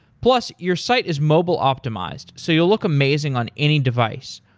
plus, your site is mobile optimized, so you'll look amazing on any device.